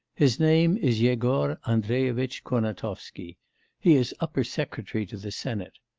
his name is yegor andreyevitch kurnatovsky he is upper-secretary to the senate.